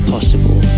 possible